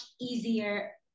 easier